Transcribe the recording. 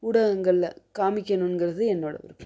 ஊடகங்களில் காம்மிக்கணுங்கிறது என்னோட விருப்பம்